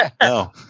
No